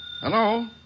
Hello